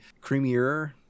creamier